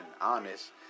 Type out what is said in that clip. honest